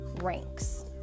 Ranks